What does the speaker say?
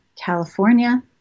California